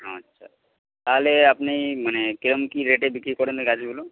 আচ্ছা তাহলে আপনি মানে কীরকম কী রেটে বিক্রি করেন এই গাছগুলো